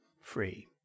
free